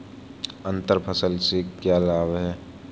अंतर फसल के क्या लाभ हैं?